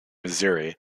missouri